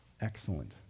Excellent